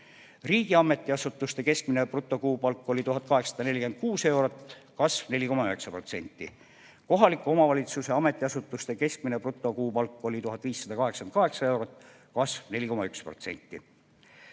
Riigi ametiasutuste keskmine brutokuupalk oli 1846 eurot, kasv 4,9%. Kohaliku omavalitsuse ametiasutuste keskmine brutokuupalk oli 1588 eurot, kasv 4,1%.